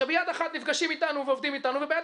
שביד אחת נפגשים אתנו ועובדים אתנו וביד